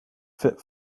fit